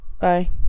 bye